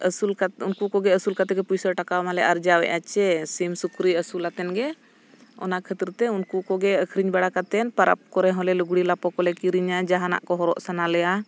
ᱟᱹᱥᱩᱞ ᱠᱟᱛᱮᱫ ᱩᱱᱠᱩ ᱠᱚᱜᱮ ᱟᱹᱥᱩᱞ ᱠᱟᱛᱮ ᱜᱮ ᱯᱚᱭᱥᱟ ᱴᱟᱠᱟ ᱢᱟᱞᱮ ᱟᱨᱡᱟᱣᱮᱜᱼᱟ ᱥᱮ ᱥᱤᱢ ᱥᱩᱠᱨᱤ ᱟᱹᱥᱩᱞ ᱠᱟᱛᱮᱱ ᱜᱮ ᱚᱱᱟ ᱠᱷᱟᱹᱛᱤᱨ ᱛᱮ ᱩᱱᱠᱩ ᱠᱚᱜᱮ ᱟᱹᱠᱷᱨᱤᱧ ᱵᱟᱲᱟ ᱠᱟᱛᱮᱫ ᱯᱚᱨᱚᱵᱽ ᱠᱚᱨᱮ ᱦᱚᱸᱞᱮ ᱞᱩᱜᱽᱲᱤᱡ ᱞᱟᱯᱚ ᱠᱚᱞᱮ ᱠᱤᱨᱤᱧᱟ ᱡᱟᱦᱟᱱᱟᱜ ᱠᱚ ᱦᱚᱨᱚᱜ ᱥᱟᱱᱟ ᱞᱮᱭᱟ